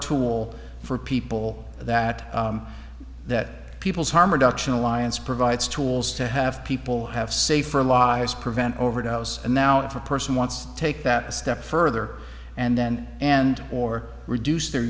tool for people that that people's harm reduction alliance provides tools to have people have safer lives prevent overdose and now if a person wants to take that a step further and then and or reduce their